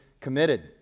committed